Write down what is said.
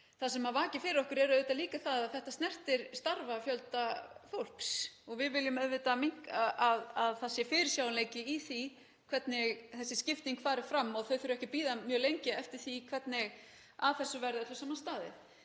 það sem vakir fyrir okkur er líka það að þetta snertir störf fjölda fólks og við viljum auðvitað að það sé fyrirsjáanleiki í því hvernig þessi skipting fari fram og að þau þurfi ekki að bíða mjög lengi eftir því hvernig að þessu verði öllu saman staðið.